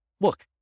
look